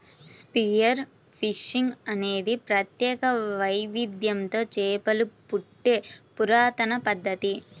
spear fishing అనేది ప్రత్యేక వైవిధ్యంతో చేపలు పట్టే పురాతన పద్ధతి